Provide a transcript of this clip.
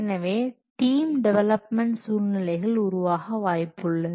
எனவே team development சூழ்நிலைகள் உருவாக வாய்ப்பு உள்ளது